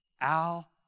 Al